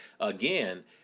again